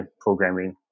programming